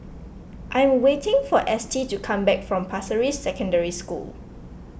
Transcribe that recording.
I am waiting for Estie to come back from Pasir Ris Secondary School